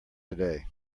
today